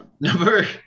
Number